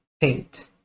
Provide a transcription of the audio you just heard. paint